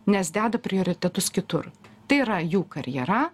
nes deda prioritetus kitur tai yra jų karjera